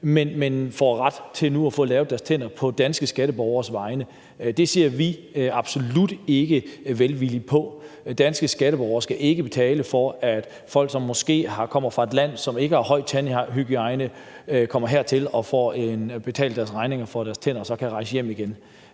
men nu får ret til at få lavet deres tænder på danske skatteborgeres regning. Det ser vi absolut ikke velvilligt på. Danske skatteborgere skal ikke betale for, at folk, som måske kommer fra et land, som ikke har høj tandhygiejne, kommer hertil og får betalt deres regninger for deres tænder og så kan rejse hjem igen.